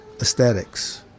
aesthetics